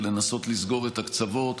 ולנסות לסגור את הקצוות.